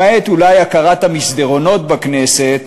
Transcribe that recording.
למעט אולי הכרת המסדרונות בכנסת,